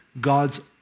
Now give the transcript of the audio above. God's